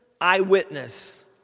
eyewitness